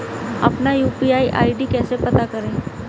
अपना UPI ID कैसे पता करें?